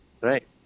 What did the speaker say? Right